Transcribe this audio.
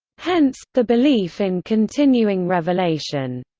hence, the belief in continuing revelation.